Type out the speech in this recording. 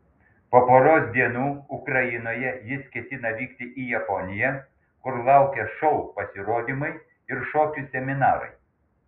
po poros dienų ukrainoje jis ketina vykti į japoniją kur laukia šou pasirodymai ir šokių seminarai